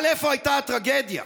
אבל איפה הייתה הטרגדיה?